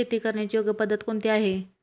शेती करण्याची योग्य पद्धत कोणती आहे?